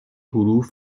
حروف